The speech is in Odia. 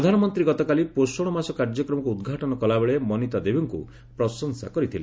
ପ୍ରଧାନମନ୍ତ୍ରୀ ଗତକାଲି ପୋଷଣ ମାସ କାର୍ଯ୍ୟକ୍ରମକୁ ଉଦ୍ଘାଟନ କଲାବେଳେ ମନିତା ଦେବୀଙ୍କୁ ପ୍ରଶଂସା କରିଥିଲେ